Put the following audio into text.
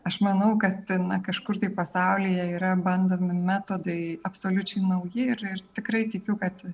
aš manau kad na kažkur tai pasaulyje yra bandomi metodai absoliučiai nauji ir ir tikrai tikiu kad